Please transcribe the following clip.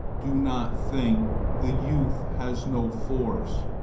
do not think the youth has no force,